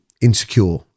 insecure